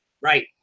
Right